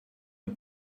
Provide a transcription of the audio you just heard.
and